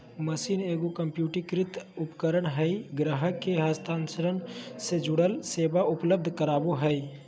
machine एगो कंप्यूटरीकृत उपकरण हइ ग्राहक के हस्तांतरण से जुड़ल सेवा उपलब्ध कराबा हइ